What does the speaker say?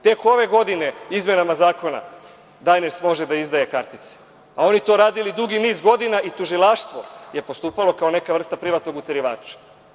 Tek ove godine izmenama zakona „Dajners“ može da izdaje kartice, a oni to radili dugi niz godina i tužilaštvo je postupalo kao neka vrsta privatnog uterivača.